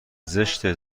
زشته